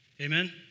Amen